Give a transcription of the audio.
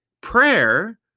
Prayer